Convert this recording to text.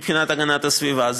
מבחינת הגנת הסביבה.